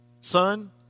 Son